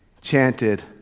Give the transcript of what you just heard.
chanted